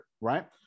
right